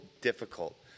difficult